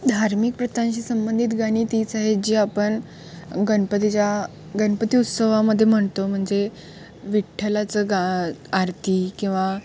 धार्मिक प्रथांशी संबंधित गाणी तिच आहे जी आपण गणपतीच्या गणपती उत्सवामध्ये म्हणतो म्हणजे विठ्ठलाचं गा आरती किंवा